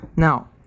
Now